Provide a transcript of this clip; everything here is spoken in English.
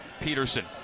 Peterson